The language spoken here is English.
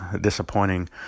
disappointing